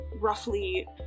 roughly